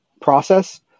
process